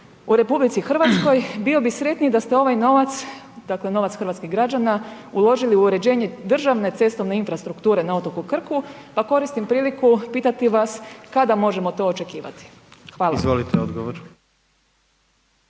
u RH bio bi sretniji da ste ovaj novac, dakle novac hrvatskih građana, uložili u uređenje državne cestovne infrastrukture na otoku Krku, pa koristim priliku pitati vas kada možemo to očekivati? Hvala. **Jandroković,